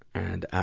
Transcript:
and i,